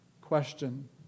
question